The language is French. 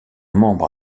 membre